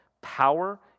power